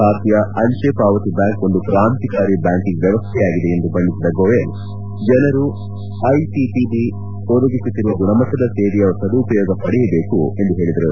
ಭಾರತೀಯ ಅಂಚೆ ಪಾವತಿ ಬ್ಬಾಂಕ್ ಒಂದು ಕ್ರಾಂತಿಕಾರಿ ಬ್ಬಾಂಕಿಂಗ್ ವ್ಯವಸ್ಥೆಯಾಗಿದೆ ಎಂದು ಬಣ್ಣಿಸಿದ ಗೋಯೆಲ್ ಜನರು ಐಪಿಪಿಬಿ ಒದಗಿಸುತ್ತಿರುವ ಗುಣಮಟ್ಟದ ಸೇವೆಯ ಸದುಪಯೋಗ ಪಡೆಯಬೇಕು ಎಂದು ಹೇಳದರು